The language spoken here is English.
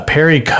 Perry